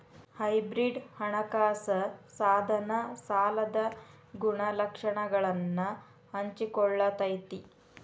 hybrid ಹಣಕಾಸ ಸಾಧನ ಸಾಲದ ಗುಣಲಕ್ಷಣಗಳನ್ನ ಹಂಚಿಕೊಳ್ಳತೈತಿ